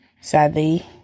sadly